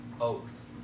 oath